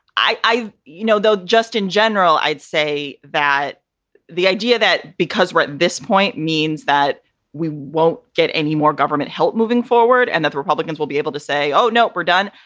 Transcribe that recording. i i you know, though, just in general, i'd say that the idea that because we're at this point means that we won't get any more government help moving forward and that republicans will be able to say, oh, no, we're done.